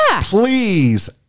Please